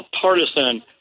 partisan